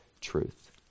truth